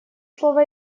слово